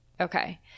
Okay